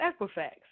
Equifax